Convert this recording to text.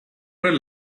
were